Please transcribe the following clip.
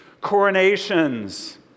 coronations